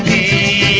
a